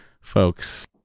folks